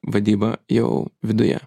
vadyba jau viduje